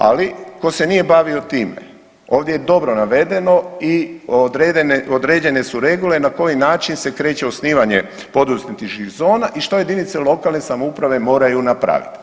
Ali tko se nije bavio time ovdje je dobro navedeno i određene su regule na koji način se kreće osnivanje poduzetničkih zona i što jedinice lokalne samouprave moraju napravit.